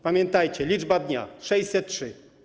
Pamiętajcie - liczba dnia: 603.